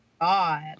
god